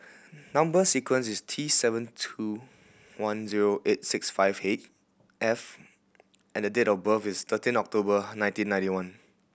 number sequence is T seven two one zero eight six five eight F and the date of birth is thirteen of October nineteen ninety one